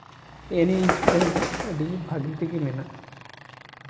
ᱦᱮᱜᱼᱮ ᱱᱤᱭᱟᱹ ᱮᱠᱥᱯᱨᱤᱭᱮᱱᱥ ᱫᱚ ᱟᱹᱰᱤ ᱵᱷᱟᱹᱜᱤ ᱛᱮᱜᱮ ᱢᱮᱱᱟᱜᱼᱟ